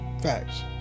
facts